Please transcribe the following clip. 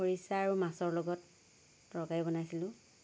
খৰিছা আৰু মাছৰ লগত তৰকাৰি বনাইছিলোঁ